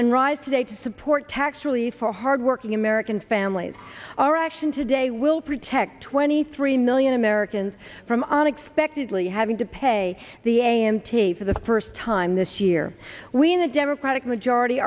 and ride today to port tax relief for hardworking american families our action today will protect twenty three million americans from unexpectedly having to pay the a m t for the first time this year when the democratic majority